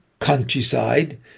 Countryside